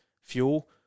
fuel